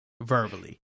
verbally